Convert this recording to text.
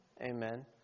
Amen